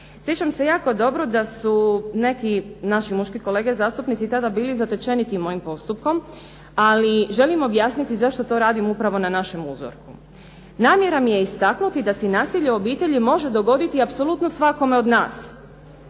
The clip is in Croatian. Sjećam se jako dobro da su neki naši muški kolege zastupnici tada bili zatečeni tim mojim postupkom ali želim objasniti zašto to radim upravo na našem uzroku. Namjera mi je istaknuti da se nasilje u obitelji može dogoditi apsolutno svakome od nas